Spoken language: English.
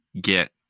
get